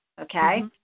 okay